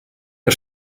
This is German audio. der